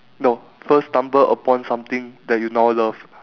no first stumble upon something that you now love